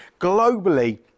globally